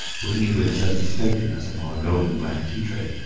putting it with a certain stateliness upon a gold and black tea-tray,